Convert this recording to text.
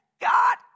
God